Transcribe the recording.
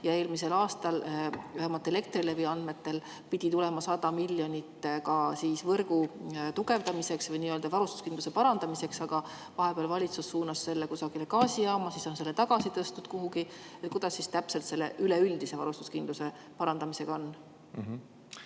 Eelmisel aastal, vähemalt Elektrilevi andmetel, pidi tulema 100 miljonit võrgu tugevdamiseks või nii-öelda varustuskindluse parandamiseks, aga vahepeal valitsus suunas selle kusagile gaasijaama, siis tõsteti see kuhugi tagasi. Kuidas täpselt selle üleüldise varustuskindluse parandamisega on?